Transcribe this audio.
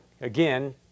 again